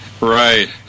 right